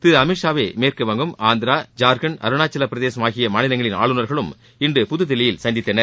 திரு அமித்ஷா வை மேற்குவங்கம் ஆந்திரா ஜார்க்கண்ட் அருணாச்சல பிரதேசம் ஆகிய மாநிலங்களின் ஆளுநர்களும் இன்று புதுதில்லியில் சந்தித்தனர்